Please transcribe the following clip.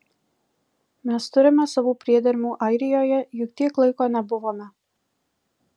mes turime savų priedermių airijoje juk tiek laiko nebuvome